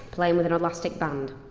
playing with an elastic band.